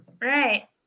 right